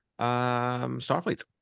Starfleet